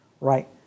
right